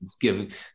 give